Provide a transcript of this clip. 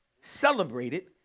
celebrated